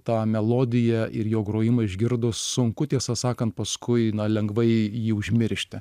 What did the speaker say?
tą melodiją ir jo grojimą išgirdus sunku tiesą sakant paskui lengvai jį užmiršti